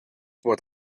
what